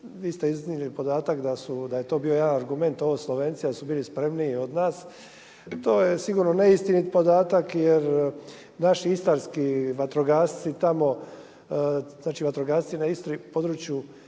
vi ste iznijeli podatak da je to bio jedan argument, ovo Slovenci da su bili spremniji od nas, to je sigurno neistinit podatak jer naši istarski vatrogasci tamo znači vatrogasci na području